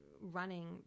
running